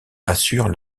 assurent